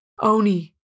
Oni